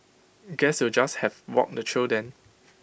guess you'll just have walk the trail then